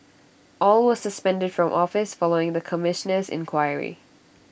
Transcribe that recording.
all were suspended from office following the Commissioner's inquiry